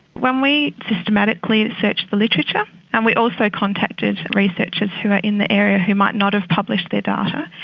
when we systematically researched the literature and we also contacted researchers who are in the area who might not have published their data,